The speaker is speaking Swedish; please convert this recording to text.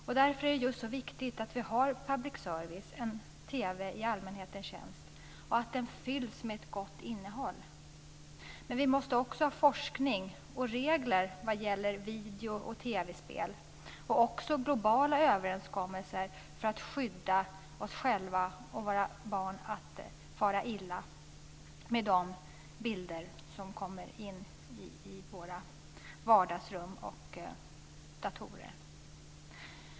Just därför är det så viktigt att vi har public service, en TV i allmänhetens tjänst, och att den fylls med ett gott innehåll. Men vi måste också ha forskning och regler vad gäller video och TV-spel och också globala överenskommelser för att skydda oss själva och våra barn från att fara illa av de bilder som kommer in i våra vardagsrum och datorer.